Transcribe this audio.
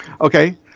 okay